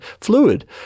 fluid